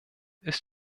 ist